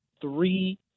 three